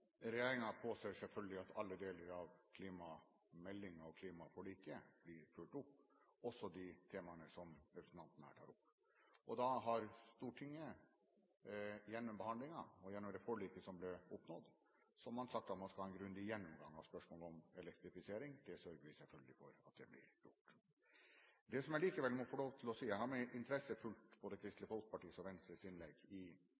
påser selvfølgelig at alle deler av klimameldingen og klimaforliket blir fulgt opp, også de temaene som representanten her tar opp. Da har Stortinget gjennom behandlingen og gjennom det forliket som ble oppnådd, sagt at man skal ha en grundig gjennomgang av spørsmålet om elektrifisering. Det sørger vi selvfølgelig for at blir gjort. Det som jeg likevel må få lov til å si, er at jeg med interesse har fulgt både Kristelig Folkepartis og Venstres innlegg i